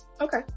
Okay